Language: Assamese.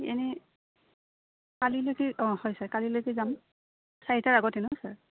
এনেই কালিলৈকে অঁ হয় ছাৰ কালিলৈকে যাম চাৰিটাৰ আগতে ন ছাৰ